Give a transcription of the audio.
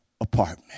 apartment